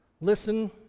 listen